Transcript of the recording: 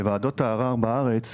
בוועדות הערר בארץ,